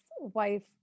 wife